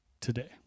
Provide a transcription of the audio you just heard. today